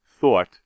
thought